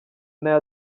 n’ayo